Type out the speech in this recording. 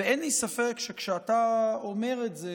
אין לי ספק שכשאתה אומר את זה